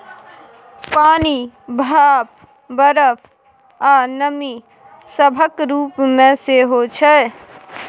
पानि, भाप, बरफ, आ नमी सभक रूप मे सेहो छै